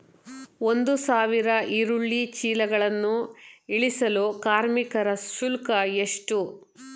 ಒಂದು ಸಾವಿರ ಈರುಳ್ಳಿ ಚೀಲಗಳನ್ನು ಇಳಿಸಲು ಕಾರ್ಮಿಕರ ಶುಲ್ಕ ಎಷ್ಟು?